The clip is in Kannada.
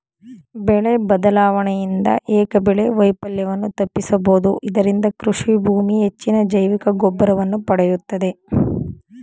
ಬೆಳೆ ಬದಲಾವಣೆಯಿಂದ ಏಕಬೆಳೆ ವೈಫಲ್ಯವನ್ನು ತಪ್ಪಿಸಬೋದು ಇದರಿಂದ ಕೃಷಿಭೂಮಿ ಹೆಚ್ಚಿನ ಜೈವಿಕಗೊಬ್ಬರವನ್ನು ಪಡೆಯುತ್ತದೆ